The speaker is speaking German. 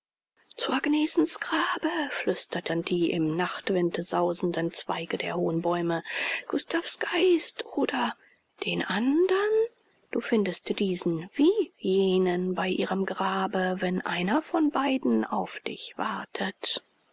zu agnesens grabe flüsterten die im nachtwind sausenden zweige der hohen bäume gustav's geist oder den andern du findest diesen wie jenen bei ihrem grabe wenn einer von beiden auf dich wartet